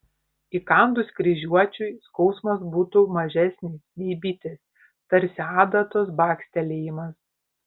įkandus kryžiuočiui skausmas būtų mažesnis nei bitės tarsi adatos bakstelėjimas